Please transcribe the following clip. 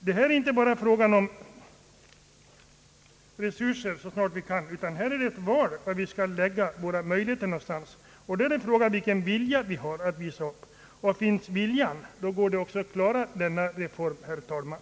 Det är här inte bara fråga om att få fram resurser så snart som möjligt, utan det gäller att göra ett val. Vi måste välja var vi skall sätta in våra resurser. Frågan är också vilken vilja vi har. Finns bara viljan går det också att klara denna reform, herr talman.